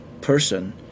person